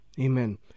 Amen